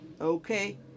Okay